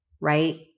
right